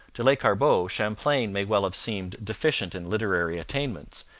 to lescarbot, champlain may well have seemed deficient in literary attainments,